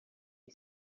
saw